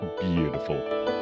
beautiful